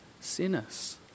sinners